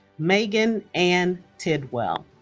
megan ann tidwell